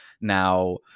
Now